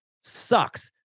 sucks